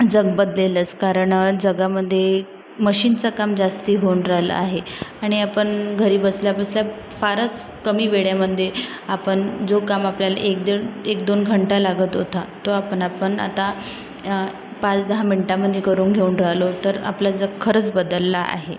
जग बदलेलच कारण जगामध्ये मशीनचं काम जास्ती होऊन राहिलं आहे आणि आपण घरी बसल्या बसल्या फारच कमी वेळेमध्ये आपण जो काम आपल्याला एक दीड एक दोन घंटा लागत होता तो आपण आपण आता पाच दहा मिनटामध्ये करून घेऊन राहिलो तर आपलं जग खरंच बदललं आहे